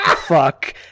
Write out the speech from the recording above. fuck